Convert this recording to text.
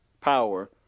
power